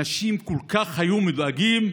אנשים כל כך היו מודאגים,